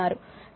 కాబట్టి t 0